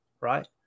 right